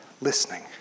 listening